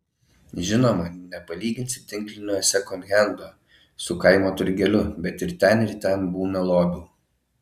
žinoma nepalyginsi tinklinio sekondhendo su kaimo turgeliu bet ir ten ir ten būna lobių